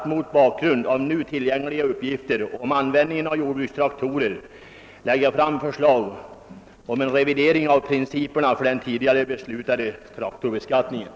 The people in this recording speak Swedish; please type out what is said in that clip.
Förslag om vissa omedelbara stödåtgärder med anledning av höstens stormskador på skog kommer att läggas fram av jordbruksministern. I likhet med vad som tidigare skett vid omfattande stormfällningar avser jag att föreslå ökade möjligheter till insättning på skogskonto för drabbade skogsägare.